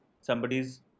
somebody's